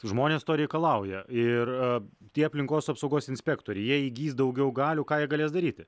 žmonės to reikalauja ir tie aplinkos apsaugos inspektoriai jie įgys daugiau galių ką jie galės daryti